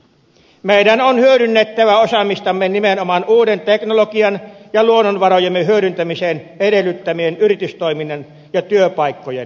meidän on hyödynnettävä osaamistamme nimenomaan uuden teknologian ja luonnonvarojemme hyödyntämisen edellyttämien yritystoiminnan ja työpaikkojen luomiseksi